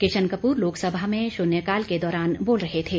किशन कपूर लोकसभा में शुन्यकाल के दौरान बोल रहे थे